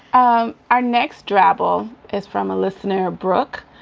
um our next drabble is from a listener, brook,